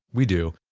we do.